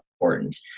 important